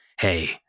hey